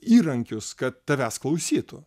įrankius kad tavęs klausytų